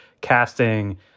casting